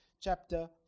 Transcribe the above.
chapter